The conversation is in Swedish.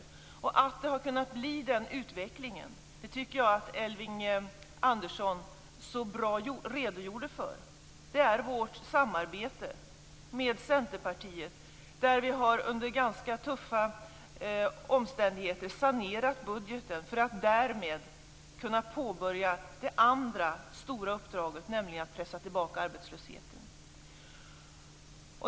En anledning till att vi har kunnat åstadkomma den utvecklingen är, som Elving Andersson så väl redogjorde för, vårt samarbete med Centerpartiet. Under ganska tuffa omständigheter har vi sanerat budgeten för att därmed kunna påbörja det andra stora uppdraget, nämligen att pressa tillbaka arbetslösheten.